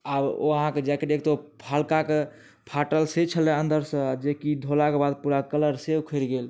आब ओ अहाँके जैकेट एक तऽ हल्काके फाटल से छेलै अंदर से जे कि धोलाके बाद पूरा कलर से उखैड़ गेल